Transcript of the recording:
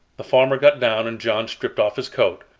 the farmer got down and john stripped off his coat.